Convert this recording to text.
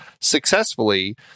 successfully